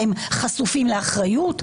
הם חשופים לאחריות?